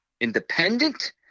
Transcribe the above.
Independent